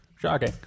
Shocking